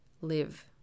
live